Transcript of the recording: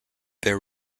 there